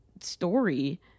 story